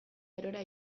arora